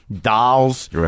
dolls